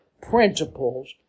principles